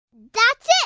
that's it.